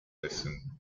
lesson